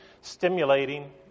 stimulating